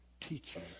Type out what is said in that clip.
teaching